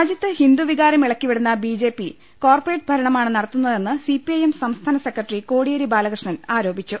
രാജ്യത്ത് ഹിന്ദുവികാരം ഇളക്കിവിടുന്ന ബി ജെ പി കോർപ്പറേറ്റ് ഭരണമാണ് നടത്തുന്നതെന്ന് സി പി ഐ എം സംസ്ഥാന സെക്രട്ടറി കോടിയേരി ബാലകൃഷ്ണൻ ആരോപിച്ചു